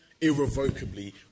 irrevocably